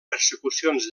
persecucions